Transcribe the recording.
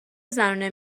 زنونه